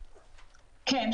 בבקשה.